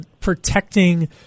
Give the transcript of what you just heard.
protecting